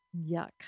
Yuck